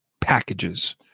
packages